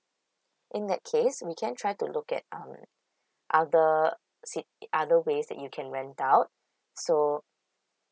in that case we can try to look at um other ci~ other ways that you can rent out so